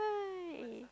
I